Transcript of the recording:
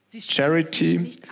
Charity